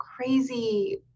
crazy